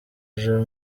uja